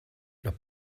los